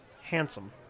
handsome